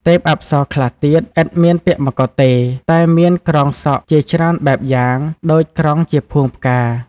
ទេបអប្សរខ្លះទៀត ឥតមានពាក់មកុដ ទេ តែមានក្រងសក់ជាច្រើនបែបយ៉ាង ដូចក្រងជាភួងផ្កា។